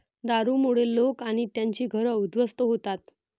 दारूमुळे लोक आणि त्यांची घरं उद्ध्वस्त होतात